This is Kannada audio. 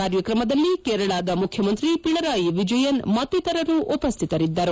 ಕಾರ್ಯಕ್ರಮದಲ್ಲಿ ಕೇರಳದ ಮುಖ್ಯಮಂತ್ರಿ ಪಿಣರಾಯಿ ವಿಜಯನ್ ಮತ್ಲಿತರರು ಉಪಸ್ಥಿತರಿದ್ದರು